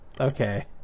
okay